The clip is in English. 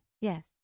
Yes